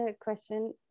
question